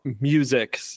music